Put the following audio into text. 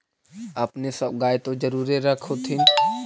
अपने सब गाय तो जरुरे रख होत्थिन?